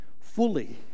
fully